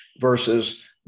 versus